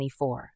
2024